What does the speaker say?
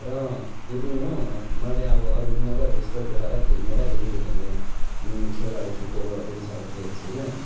र यति नै हो मैले अब अरूमा त त्यस्तो केटाहरूले खेल्ने र केटीहरूले खेल्ने खेलहरू छुट्टिएको त्यति साह्रो देखेको छुइनँ